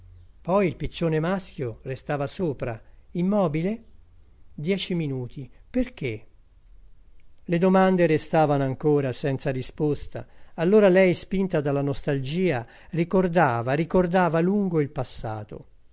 poi il piccione maschio restava sopra immobile dieci minuti perché le domande restavano ancora senza risposta allora lei spinta dalla nostalgia ricordava ricordava a lungo il passato